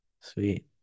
Sweet